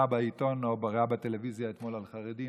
בעיתון או ראה בטלוויזיה אתמול על חרדים,